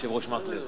לא